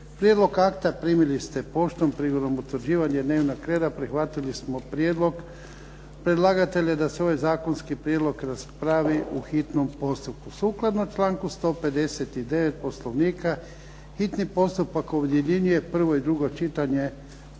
Prijedlog akta primili ste poštom. Prigodom utvrđivanja dnevnog reda prihvatili smo prijedlog predlagatelja da se ovaj zakonski prijedlog raspravi u hitnom postupku. Sukladno članku 159. Poslovnika hitni postupak objedinjuje prvo i drugo čitanje,